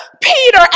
Peter